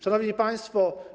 Szanowni Państwo!